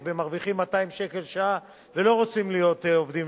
ומרוויחים 200 שקל לשעה ולא רוצים להיות עובדים